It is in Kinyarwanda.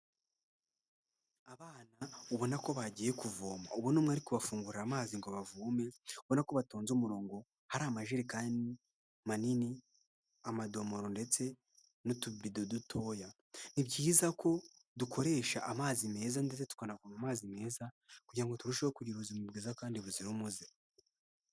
Abana ubona ko bagiye kuvoma ubuna umwe ari kubafungura amazi ngo bavome, ubona ko batonze umurongo, hari amajerekani manini amadomoro ndetse n'utubido dutoya, ni byiza ko dukoresha amazi meza ndetse tukanavoma amazi meza kugira ngo turusheho kugira ubuzima bwiza kandi buzira umuze.